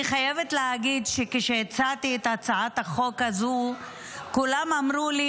אני חייבת להגיד שכשהצעתי את הצעת החוק הזו כולם אמרו לי: